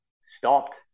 stopped